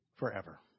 Forever